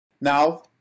Now